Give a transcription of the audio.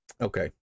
Okay